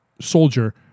soldier